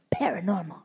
paranormal